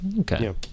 Okay